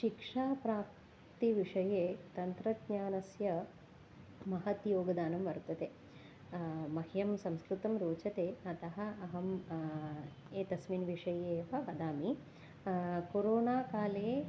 शिक्षाप्राप्तिविषये तन्त्रज्ञानस्य महत् योगदानं वर्तते मह्यं संस्कृतं रोचते अतः अहम् एतस्मिन् विषयेव वदामि कोरोनाकाले